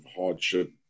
hardship